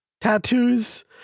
tattoos